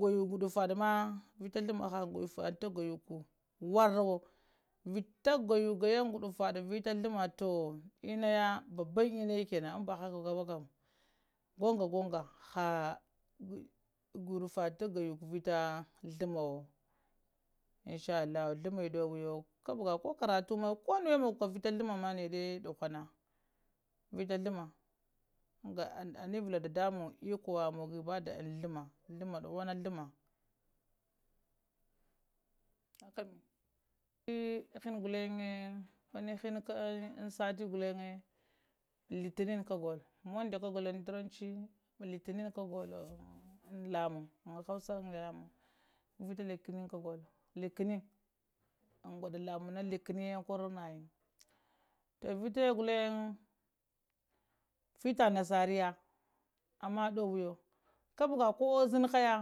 Guyvə ku gudfaɗa ma vita ghlumma ha ta guyvəku war- war, vita gayu guya gudfaɗa vita ghluma ta banban inna ya kənan n ba hakabakan, guŋgagonga aɓ gudfaɗa ta gayuku vita ghlumma, inshaa allah ghluma ɗoweye ko karatuma ko nowe mogoka vita ghluma nəɗa dughana vita ghlumna vula dadamun okowo magafa da ghlumma ma ɗughana ghlumma aka lo ɗakana ghluŋəya mana hinakana əm sati ghuvaŋə, litinin kagolo monday ka ga lin turanci litinin kaga in lamuŋ vita likənən ka kogolə əm guɗa lamuŋ na likinən koro nayin vitaya ghluŋ fita nasara ya amma ɗowəyo kubga ko uzinhoya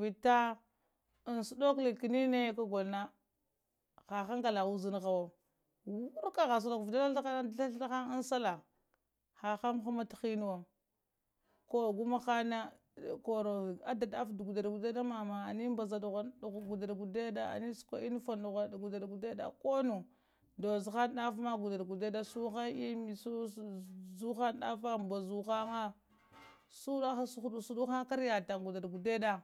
fita aŋ suɗoko likənənən na kagolo na hahaŋka la uzanhowo, wurka gha suɗukwo ghla ghaɗa haŋ ŋ sallah hahay hama təhə nuwo koro go mahaŋ na koro ada ɗafa kudəd kudaɗa mama, ənəm ɓaza kudada, əɓ sukwa unform kudəɗa mama konuwo kudəd kudəɗ, tahaŋ ɗafama kudəd suhaŋ immi, zuhaŋ ɗafa nbəzu haŋa suku haŋ karataŋ kudəd kudəɗa'a.